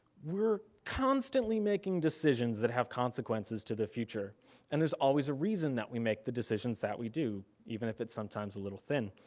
we're constantly making decisions that have consequences to the future and there's always a reason that we make the decisions that we do. even if its sometimes a little thin.